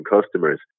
customers